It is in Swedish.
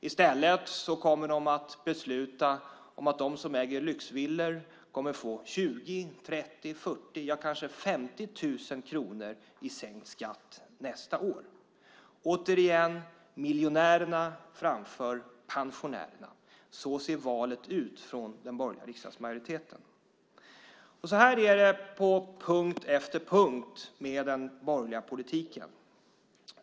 I stället kommer man att besluta om att de som äger lyxvillor kommer att få 20 000, 30 000, 40 000, ja, kanske 50 000 kronor i sänkt skatt nästa år. Återigen är det miljonärerna framför pensionärerna. Så ser valet ut från den borgerliga riksdagsmajoriteten. Så här är det på punkt efter punkt med den borgerliga politiken.